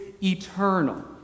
eternal